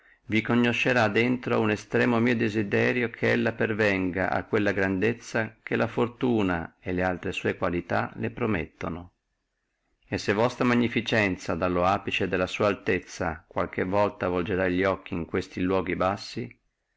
vi conoscerà drento uno estremo mio desiderio che lei pervenga a quella grandezza che la fortuna e le altre sue qualità li promettano e se vostra magnificenzia dallo apice della sua altezza qualche volta volgerà li occhi in questi luoghi bassi